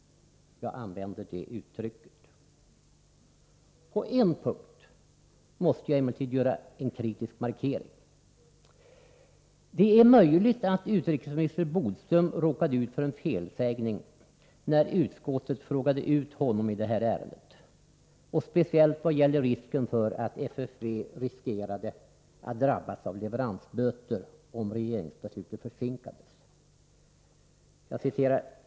Jag använder det uttrycket. På en punkt måste jag emellertid göra en kritisk markering. Det är möjligt att utrikesminister Bodström råkade ut för en felsägning när utskottet frågade ut honom i det här ärendet och speciellt vad gällde risken för att FFV skulle drabbas av leveransböter om regeringsbeslutet försinkades.